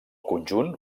conjunt